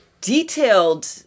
detailed